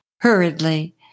Hurriedly